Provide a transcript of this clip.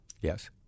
Yes